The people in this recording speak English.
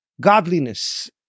godliness